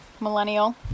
Millennial